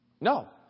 No